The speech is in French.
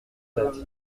sept